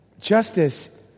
justice